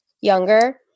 younger